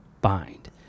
bind